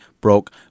broke